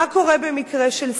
מה קורה במקרה של ספא?